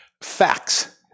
facts